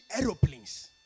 aeroplanes